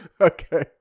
okay